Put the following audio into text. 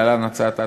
להלן: הצעת החוק,